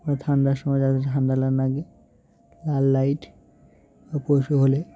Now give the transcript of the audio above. বা ঠান্ডার সময় যাতে ঠান্ডা না লাগে লাল লাইট বা পশু হলে